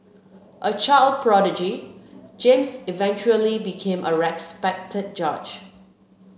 a child prodigy James eventually became a respected judge